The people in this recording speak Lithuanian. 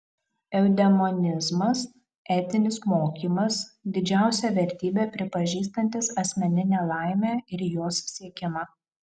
eudemonizmas etinis mokymas didžiausia vertybe pripažįstantis asmeninę laimę ir jos siekimą